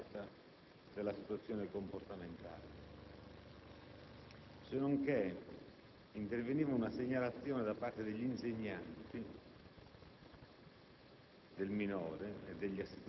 per una valutazione più adeguata della situazione comportamentale. Sennonché, interveniva una segnalazione da parte degli insegnanti